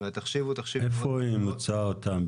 והתחשיב הוא תחשיב --- איפה היא מוציאה אותם,